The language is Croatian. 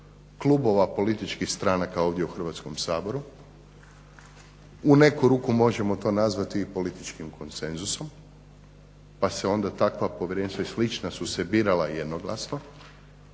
klubova političkih stranaka ovdje u Hrvatskom saboru. U neku ruku možemo to nazvati i političkim konsenzusom, pa se onda takva povjerenstva i slična su se birala jednoglasno.